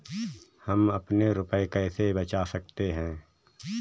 हम अपने रुपये कैसे बचा सकते हैं?